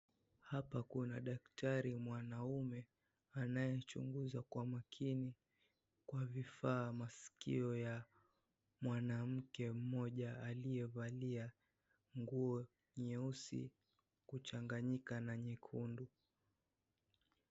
Hapa kuna daktari mwanaume anyechunguza kwa makini kwa vifaa maskio ya mwanamke mmoja aliyevalia nguo nyeusi kuchanganyika na nyekundu.